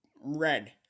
red